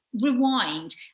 rewind